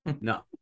No